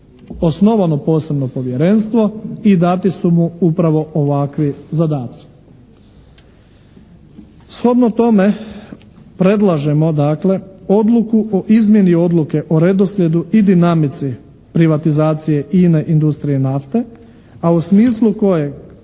osnovano posebno povjerenstvo i dati su mu upravo ovakvi zadaci. Shodno tome, predlažemo, dakle, odluku o izmjeni Odluke o redoslijedu i dinamici privatizaciji INA-e, industriji nafte, a u smislu koje